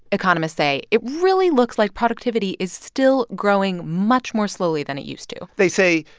economists say, it really looks like productivity is still growing much more slowly than it used to they say,